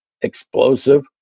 Explosive